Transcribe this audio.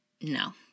no